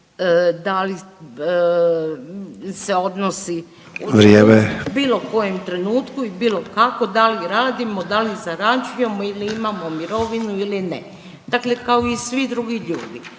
Vrijeme./... bilo kojem trenutku i bilo kako, da li radimo, da li zarađujemo ili imamo mirovinu ili ne. Dakle, kao i svi drugi ljudi.